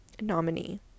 nominee